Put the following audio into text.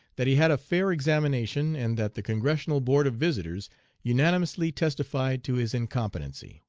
that he had a fair examination, and that the congressional board of visitors unanimously testified to his incompetency